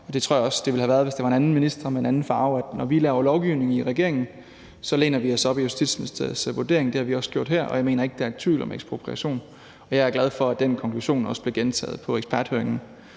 det tror jeg også det ville have været, hvis det var en anden minister med en anden farve. Når vi laver lovgivning i regeringen, læner vi os op ad Justitsministeriets vurdering, og det har vi også gjort her, og jeg mener ikke, at der er tvivl om ekspropriation. Jeg er glad for, at den konklusion også blev gentaget ved eksperthøringen